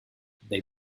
they